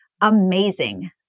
Amazing